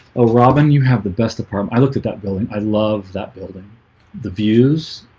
oh robin you have the best apartment. i looked at that building. i love that building the views.